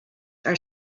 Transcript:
are